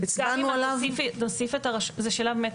הצבענו עליו --- אז השאלה אם נוסיף את הרשות --- לא,